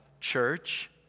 church